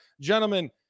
gentlemen